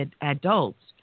adults